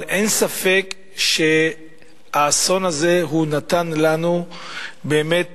אבל אין ספק שהאסון הזה נתן לנו באמת